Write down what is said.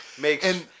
makes